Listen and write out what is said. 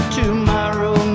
tomorrow